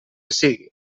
sigui